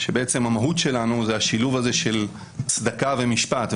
בעצם המהות שלנו זה השילוב הזה של צדקה ומשפט.